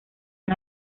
han